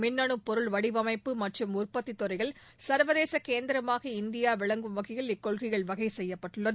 மின்னனு பொருள் வடிவணப்பு மற்றும் உற்பத்தி துறையில் சுள்வதேச கேந்திரமாக இந்தியா விளங்கும் வகையில் இக்கொள்கையில் வகை செய்யப்பட்டுள்ளது